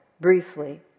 briefly